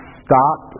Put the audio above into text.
stop